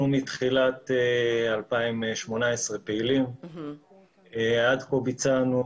אנחנו פעילים מתחילת 2018. עד כה ביצענו